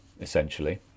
essentially